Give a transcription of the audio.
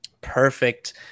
Perfect